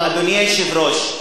אדוני היושב-ראש,